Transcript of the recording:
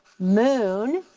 moon,